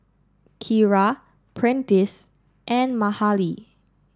Kyra Prentice and Mahalie